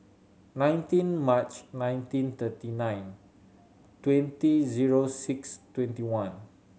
nineteen March nineteen thirty nine twenty zero six twenty one